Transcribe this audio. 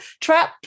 trap